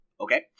Okay